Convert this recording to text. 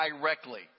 directly